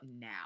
now